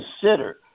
consider